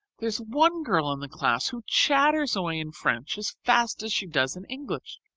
there's one girl in the class who chatters away in french as fast as she does in english.